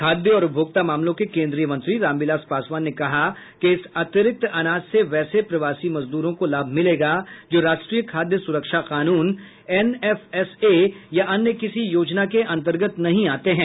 खाद्य और उपभोक्ता मामलों के केन्द्रीय मंत्री रामविलास पासवान ने कहा कि इस अतिरिक्त अनाज से वैसे प्रवासी मजदूरों को लाभ मिलेगा जो राष्ट्रीय खाद्य सुरक्षा कानून एनएफएसए या अन्य किसी योजना के अंतर्गत नहीं आते हैं